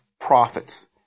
profits